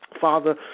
Father